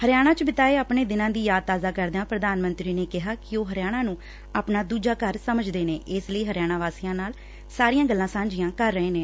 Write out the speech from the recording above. ਹਰਿਆਣਾ ਚ ਬਿਤਾਏ ਆਪਣੇ ਦਿਨਾਂ ਦੀ ਯਾਦ ਤਾਜ਼ਾ ਕਰਦਿਆਂ ਪੁਧਾਨ ਮੰਤਰੀ ਨੇ ਕਿਹਾ ਕਿ ਉਹ ਹਰਿਆਣਾ ਨੂੰ ਆਪਣਾ ਦੁਜਾ ਘਰ ਸਮਝਦੇ ਨੇ ਇਸ ਲਈ ਹਰਿਆਣਾ ਵਾਸੀਆਂ ਨਾਲ ਸਾਰੀਆਂ ਗੱਲਾਂ ਸਾਂਝੀਆਂ ਕਰ ਰਹੇ ਨੇ